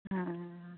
ᱦᱮᱸ